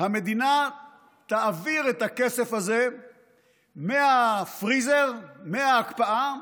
המדינה תעביר את הכסף הזה מהפריזר, מההקפאה,